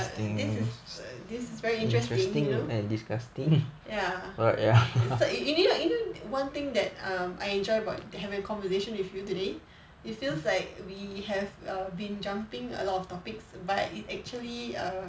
this is this is very interesting you know ya y~ you know one thing that um I enjoy about having a conversation with you today it feels like we have err been jumping a lot of topics but it actually err